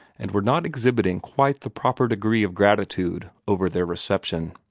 and were not exhibiting quite the proper degree of gratitude over their reception.